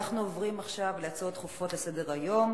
אנחנו עוברים עכשיו להצעות דחופות לסדר-היום.